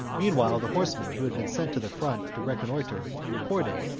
meanwhile the horsemen who had been sent to the front to reconnoitre, reported,